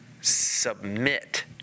submit